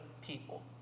people